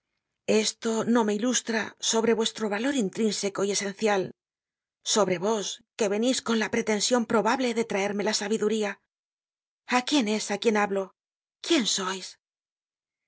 esto no me ilustra sobre vuestro valor intrínseco y esencial sobre vos que venís con la pretension probable de traerme la sabiduría a quién es á quien hablo quién sois el